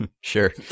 sure